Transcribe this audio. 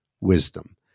wisdom